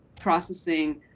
processing